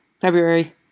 February